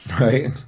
Right